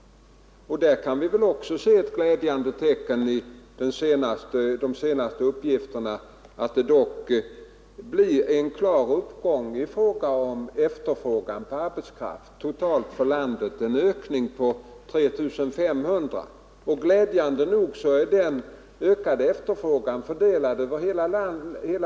Här kan vi väl också se ett glädjande tecken i de senaste uppgifterna, som visar en klar uppgång när det gäller efterfrågan på arbetskraft, totalt i mars en ökning på 3 500. Glädjande nog är den ökade efterfrågan fördelad på hela landet.